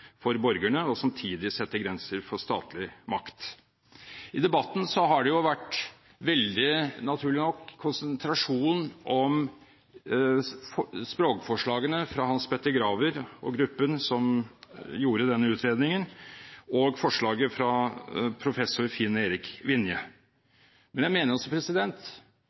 for borgerne og samtidig setter grenser for statlig makt. I debatten har det vært veldig naturlig å konsentrere seg om språkforslagene fra Hans Petter Graver og gruppen som gjorde denne utredningen, og forslaget fra professor Finn Erik Vinje. Men jeg mener